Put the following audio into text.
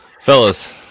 fellas